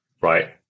right